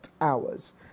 hours